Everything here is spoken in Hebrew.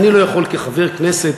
אני לא יכול כחבר כנסת,